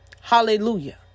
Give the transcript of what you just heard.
Hallelujah